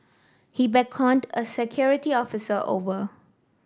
he beckoned a security officer over